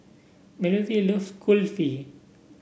Mallory love Kulfi